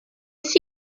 ces